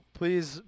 please